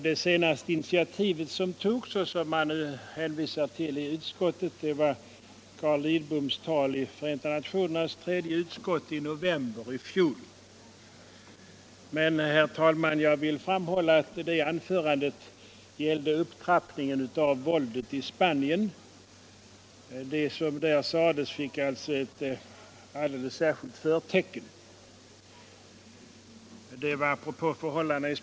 Det senaste initiativ som togs, vilket utskottet också hänvisar till i sitt betänkande, var statsrådet Cidboms tal i FN:s generalförsamlings tredje utskott i november i fjol. Men, herr talman, jag vill framhålla att det var apropå upptrappningen av våldet i Spanien som statsrådet fick anledning att tala om dödsstraffet och vår inställning till det.